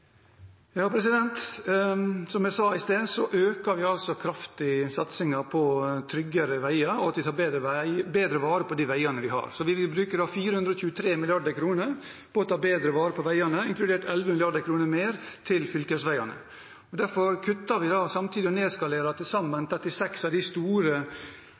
Som jeg sa i sted, øker vi altså kraftig satsingen på tryggere veier og på å ta bedre vare på de veiene vi har. Vi vil bruke 423 mrd. kr på å ta bedre vare på veiene, inkludert 11 mrd. mer til fylkesveiene. Derfor kutter og nedskalerer vi til sammen 36 av de store